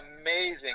amazing